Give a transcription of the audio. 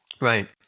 right